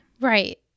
Right